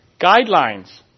Guidelines